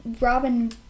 robin